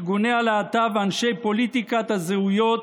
ארגוני הלהט"ב ואנשי פוליטיקת הזהויות,